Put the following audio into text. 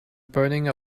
burning